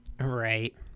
Right